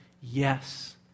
yes